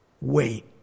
Wait